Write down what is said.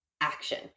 action